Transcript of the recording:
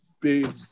big